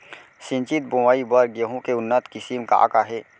सिंचित बोआई बर गेहूँ के उन्नत किसिम का का हे??